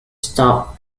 stop